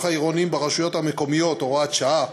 העירוניים ברשויות המקומיות (הוראת שעה),